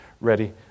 ready